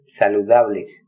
saludables